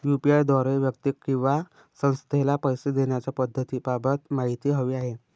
UPI द्वारे व्यक्ती किंवा संस्थेला पैसे देण्याच्या पद्धतींबाबत माहिती हवी आहे